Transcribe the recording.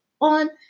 on